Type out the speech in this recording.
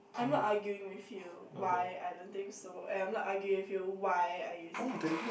I'm not arguing with you why I don't think so and I'm not arguing with you why are you saying that